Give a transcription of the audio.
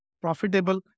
profitable